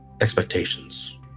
expectations